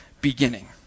beginning